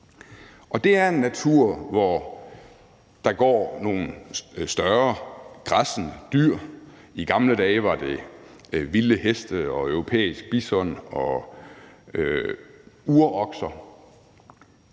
Det er en natur, hvor der går nogle større græssende dyr. I gamle dage var det vilde heste og europæisk bison og urokser.